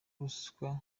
ruswa